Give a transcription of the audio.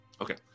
Okay